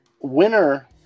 winner